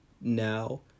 now